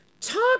Talk